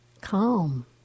Calm